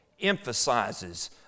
emphasizes